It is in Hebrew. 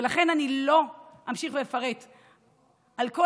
ולכן אני לא אמשיך ואפרט על כל